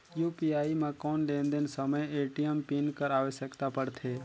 UPI म कौन लेन देन समय ए.टी.एम पिन कर आवश्यकता पड़थे?